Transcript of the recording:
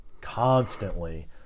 constantly